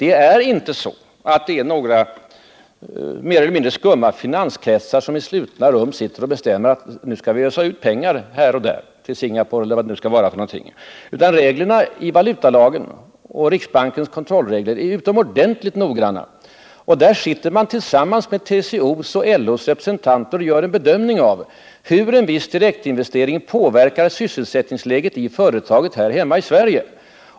Det är inte några mer eller mindre skumma finansmän som i slutna rum sitter och bestämmer att de skall ösa ut pengar, till Singapore eller vart det nu må vara, utan reglerna i valutalagen och riksbankens kontrollregler är utomordentligt ingripande. I valutastyrelsen sitter man tillsammans med TCO:s och LO:s representanter och gör en bedömning av hur en viss direktinvestering påverkar sysselsättningsläget i företagen här hemma i Sverige.